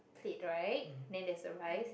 plate right then there's a rice